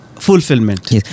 Fulfillment